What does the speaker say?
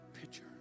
picture